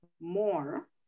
more